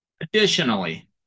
Additionally